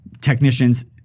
technicians